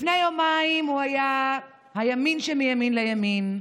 לפני יומיים הוא היה הימין שמימין לימין,